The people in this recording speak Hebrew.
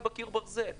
מאה אחוז, בסדר גמור.